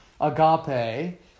agape